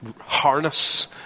harness